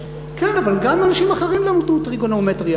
כן, אבל גם אנשים אחרים למדו טריגונומטריה.